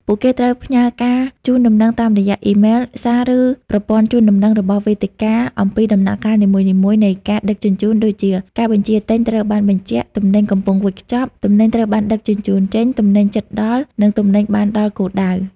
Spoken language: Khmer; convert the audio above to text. ពួកគេត្រូវផ្ញើការជូនដំណឹងតាមរយៈអ៊ីមែល សារ ឬប្រព័ន្ធជូនដំណឹងរបស់វេទិកាអំពីដំណាក់កាលនីមួយៗនៃការដឹកជញ្ជូន ដូចជា "ការបញ្ជាទិញត្រូវបានបញ្ជាក់" "ទំនិញកំពុងវេចខ្ចប់" "ទំនិញត្រូវបានដឹកជញ្ជូនចេញ" "ទំនិញជិតដល់" និង "ទំនិញបានដល់គោលដៅ"។